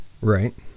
Right